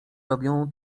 robią